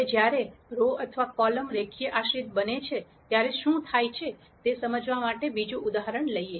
હવે જ્યારે રો અથવા કોલમ રેખીય આશ્રિત બને છે ત્યારે શું થાય છે તે સમજાવવા માટે બીજું ઉદાહરણ લઈએ